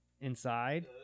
inside